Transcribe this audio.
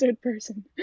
person